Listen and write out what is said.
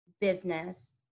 business